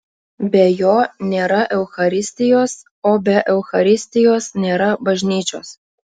be jo nėra eucharistijos o be eucharistijos nėra bažnyčios